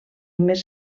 més